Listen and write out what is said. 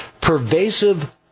pervasive